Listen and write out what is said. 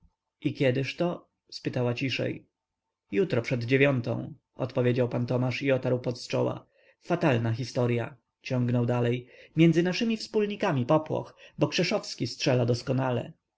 i kiedyżto spytała ciszej jutro przed dziewiątą odpowiedział pan tomasz i otarł pot z czoła fatalna historya ciągnął dalej między naszymi wspólnikami popłoch bo krzeszowski strzela doskonale